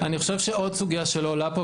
אני חושב שעוד סוגיה שלא עולה פה,